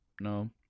no